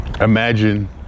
Imagine